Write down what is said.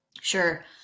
sure